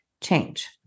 change